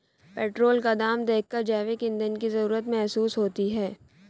petrol का दाम देखकर जैविक ईंधन की जरूरत महसूस होती है